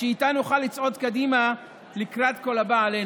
שאיתה נוכל לצעוד קדימה לקראת כל הבא עלינו,